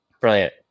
Brilliant